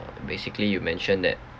basically you mentioned that